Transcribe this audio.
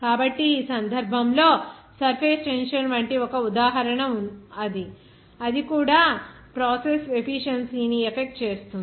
కాబట్టి ఈ సందర్భంలో సర్ఫేస్ టెన్షన్ వంటి ఒక ఉదాహరణ అది కూడా ప్రాసెస్ ఎఫీషియెన్సీ ని ఎఫెక్ట్ చేస్తుంది